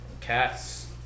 Cats